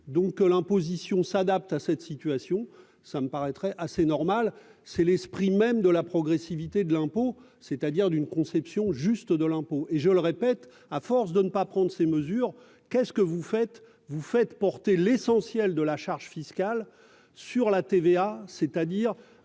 donc l'imposition s'adapte à cette situation, ça me paraîtrait assez normal, c'est l'esprit même de la progressivité de l'impôt, c'est-à-dire d'une conception juste de l'impôt, et je le répète, à force de ne pas prendre ces mesures qu'est-ce que vous faites,